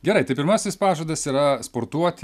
gerai tai pirmasis pažadas yra sportuoti